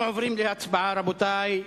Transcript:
רבותי,